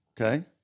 okay